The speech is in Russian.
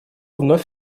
вновь